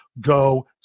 go